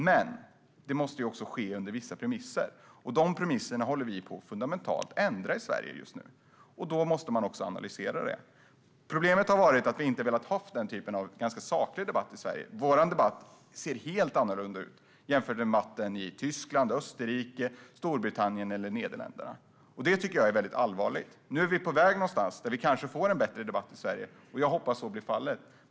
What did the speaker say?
Men det måste också ske på vissa premisser, och de premisserna håller vi på att fundamentalt ändra i Sverige just nu. Då måste man också analysera det. Problemet har varit att vi inte velat ha den typen av ganska saklig debatt i Sverige. Vår debatt ser helt annorlunda ut jämfört med debatten i Tyskland, Österrike, Storbritannien eller Nederländerna. Det tycker jag är väldigt allvarligt. Nu är vi kanske på väg att få en bättre debatt i Sverige; jag hoppas att så blir fallet.